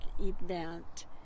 event